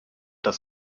das